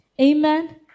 Amen